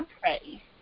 pray